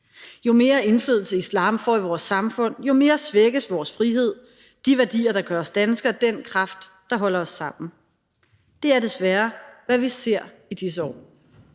Jo mere indflydelse islam får i vores samfund, jo mere svækkes vores frihed, de værdier, der gør os danske, og den kraft, der holder os sammen. Det er desværre, hvad vi ser i disse år.